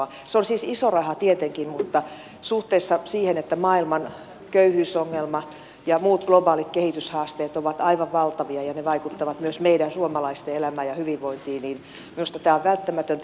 mutta se on siis iso raha tietenkin ja suhteessa siihen että maailman köyhyysongelma ja muut globaalit kehityshaasteet ovat aivan valtavia ja ne vaikuttavat myös meidän suomalaisten elämään ja hyvinvointiin minusta tämä on välttämätöntä